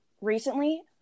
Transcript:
recently